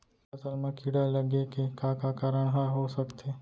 फसल म कीड़ा लगे के का का कारण ह हो सकथे?